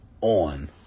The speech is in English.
on